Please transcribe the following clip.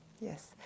Yes